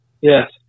Yes